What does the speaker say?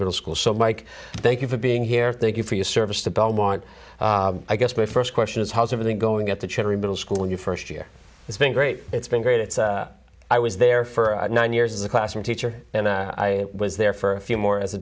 middle school so mike thank you for being here thank you for your service to belmont i guess my first question is how's everything going at the cherry middle school your first year it's been great it's been great it's i was there for nine years as a classroom teacher and i was there for a few more as a